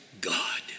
God